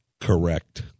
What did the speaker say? Correct